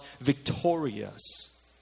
victorious